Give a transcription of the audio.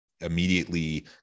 immediately